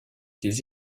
des